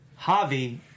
Javi